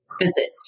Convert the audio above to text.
visit